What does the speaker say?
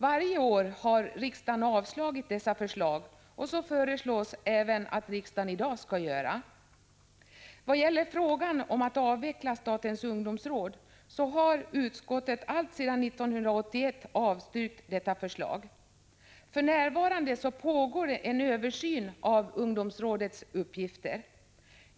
Varje år har riksdagen avslagit dessa förslag, och så föreslås att riksdagen även i dag skall göra. Förslaget om att avveckla statens ungdomsråd har utskottet alltsedan 1981 avstyrkt. För närvarande pågår en översyn av ungdomsrådets uppgifter.